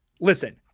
Listen